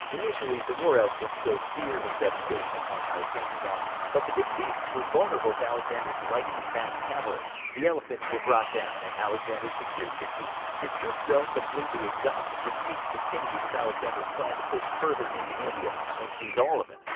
initially the war elephants sowed fear and devastation upon alexander's army, but the big beasts were vulnerable to alexander's lightning-fast cavalry. the elephants were brought down and alexander secured defeat. his troops though, completely exhausted, refused to continue with alexander's plan to push further into india and seize all of it.